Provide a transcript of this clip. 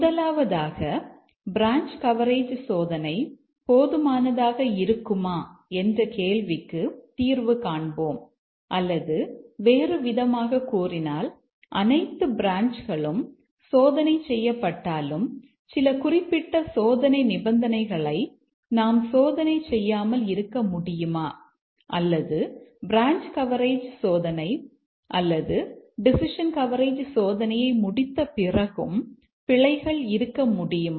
முதலாவதாக branch coverage சோதனை போதுமானதாக இருக்குமா என்ற கேள்விக்கு தீர்வு காண்போம் அல்லது வேறுவிதமாகக் கூறினால் அனைத்து பிரான்ச்களும் சோதனை செய்யப்பட்டாலும் சில குறிப்பிட்ட சோதனை நிபந்தனைகளை நாம் சோதனை செய்யாமல் இருக்க முடியுமா அல்லது பிரான்ச் கவரேஜ் சோதனை அல்லது டெசிஷன் கவரேஜ் சோதனையை முடித்த பிறகும் பிழைகள் இருக்க முடியுமா